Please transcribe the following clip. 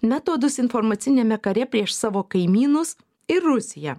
metodus informaciniame kare prieš savo kaimynus ir rusiją